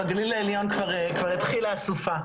בגליל העליון כבר התחילה הסופה,